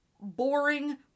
boring